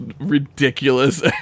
ridiculous